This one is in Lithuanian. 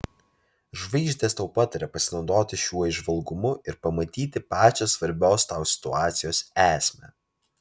žvaigždės tau pataria pasinaudoti šiuo įžvalgumu ir pamatyti pačią svarbios tau situacijos esmę